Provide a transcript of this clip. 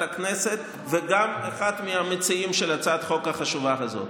הכנסת וגם אחד מהמציעים של הצעת החוק החשובה הזאת: